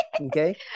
okay